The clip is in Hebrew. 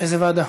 איזו ועדה,